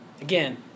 Again